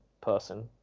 person